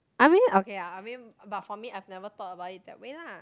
I mean okay lah I mean but for me I've never about it that way lah